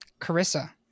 Carissa